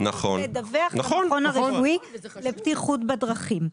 לדווח למכון הרפואי לבטיחות בדרכים.